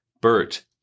Bert